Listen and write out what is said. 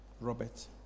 Robert